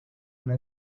una